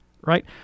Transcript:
right